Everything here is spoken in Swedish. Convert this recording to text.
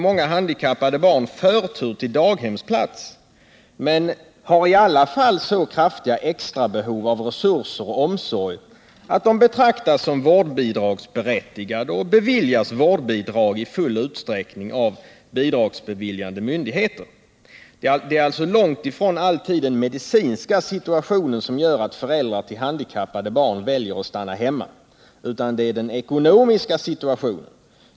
Många handikappade barn får förtur till daghemsplats men har i alla fall så kraftiga extrabehov av resurser och omsorg att de betraktas som vårdbidragsberättigade och beviljas vårdbidrag i full utsträckning av bidragsbeviljande myndigheter. Det är alltså långt ifrån alltid den medicinska situationen som gör att föräldrar till handikappade barn väljer att stanna hemma — utan det är den ekonomiska situationen.